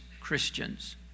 Christians